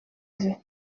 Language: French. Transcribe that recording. veux